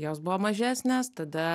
jos buvo mažesnės tada